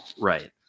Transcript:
Right